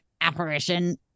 apparition